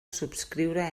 subscriure